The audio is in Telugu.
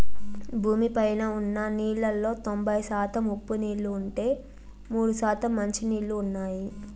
భూమి పైన ఉన్న నీళ్ళలో తొంబై శాతం ఉప్పు నీళ్ళు ఉంటే, మూడు శాతం మంచి నీళ్ళు ఉన్నాయి